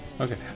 Okay